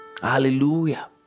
Hallelujah